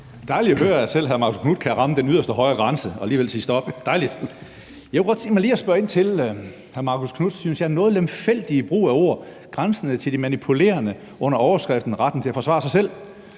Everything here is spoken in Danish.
dejligt at høre, at selv hr. Marcus Knuth kan ramme den yderste højre grænse og alligevel sige stop – dejligt. Jeg kunne godt tænke mig lige at spørge ind til hr. Marcus Knuths synes jeg noget lemfældige grænsende til det manipulerende brug af ord under overskriften: Retten til at forsvare sig selv.